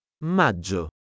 maggio